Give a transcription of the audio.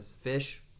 fish